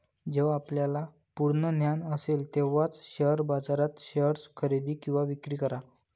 जेव्हा आपल्याला पूर्ण ज्ञान असेल तेव्हाच शेअर बाजारात शेअर्स खरेदी किंवा विक्री करा